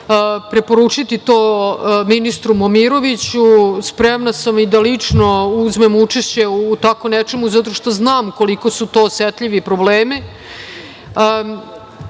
preporučiti to ministru Momiroviću. Spremna sam i da lično uzmem učešće u tako nečemu, jer znam koliko su to osetljivi problemi.